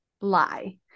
lie